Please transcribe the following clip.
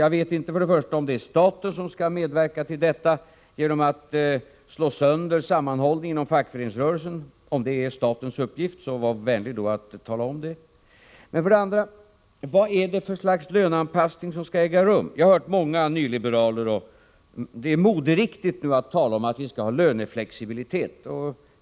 För det första vet jag inte om det är staten som skall medverka till detta genom att slå sönder sammanhållningen inom fackföreningsrörelsen. Om det är statens uppgift, var vänlig att tala om det då. För det andra: Vad är det för slags löneanpassning som skall äga rum? Jag har hört många nyliberaler tala om löneflexibilitet — det är moderiktigt att tala om att vi skall ha det.